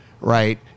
right